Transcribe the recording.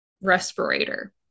respirator